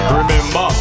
remember